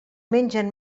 mengen